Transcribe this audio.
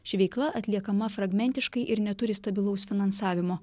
ši veikla atliekama fragmentiškai ir neturi stabilaus finansavimo